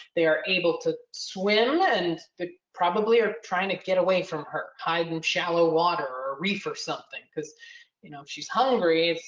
they are able to swim and probably are trying to get away from her hide in shallow water, a reef or something cause you know, if she's hungry, it's